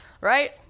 right